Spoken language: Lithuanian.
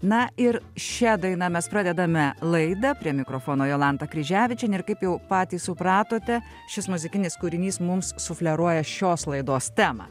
na ir šia daina mes pradedame laidą prie mikrofono jolanta kryževičienė ir kaip jau patys supratote šis muzikinis kūrinys mums sufleruoja šios laidos temą